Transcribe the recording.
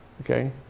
Okay